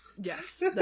yes